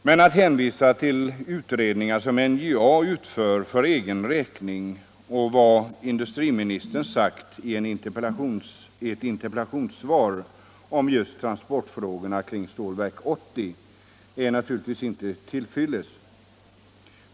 Men att hänvisa till utredningar som NJA utför för egen räkning och till vad industriministern har sagt i ett interpellationssvar om just transportfrågorna kring Stålverk 80 är inte till fyllest.